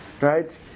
right